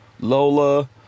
Lola